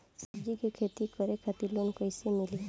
सब्जी के खेती करे खातिर लोन कइसे मिली?